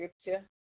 scripture